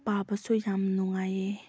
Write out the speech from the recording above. ꯄꯥꯕꯁꯨ ꯌꯥꯝ ꯅꯨꯡꯉꯥꯏꯌꯦ